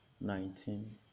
nineteen